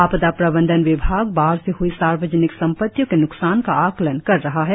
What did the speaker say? आपदा प्रबंधन विभाग बाढ़ से ह्ई सार्वजनिक संपत्तियों के न्कसान का आकलन कर रहा है